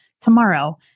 tomorrow